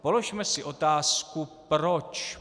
Položme si otázku proč.